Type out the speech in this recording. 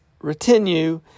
Retinue